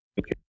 Okay